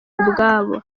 ubwabo